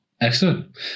excellent